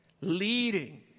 leading